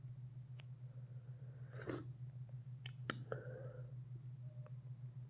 RD ಮಾಡಿಂದ ತಿಂಗಳಿಗಿ ಇಷ್ಟಂತ ಒಂದ್ ವರ್ಷ್ ಇಲ್ಲಾ ಐದ್ ವರ್ಷಕ್ಕ ರೊಕ್ಕಾ ಕಟ್ಟಗೋತ ಹೋಗ್ಬೇಕ್